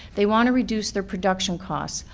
they want to reduce their production costs.